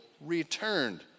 returned